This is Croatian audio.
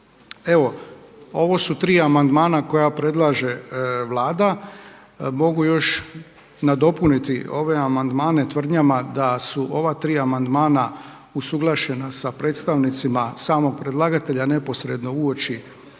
Evo ovo su tri amandmana koja predlaže Vlada. Mogu još nadopuniti ove amandmane tvrdnjama da su ova tri amandmana usuglašena sa predstavnicima samog predlagatelja neposredno uoči